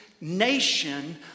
nation